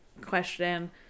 question